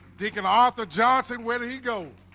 he can offer johnson whether he go